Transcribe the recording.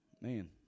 man